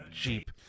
cheap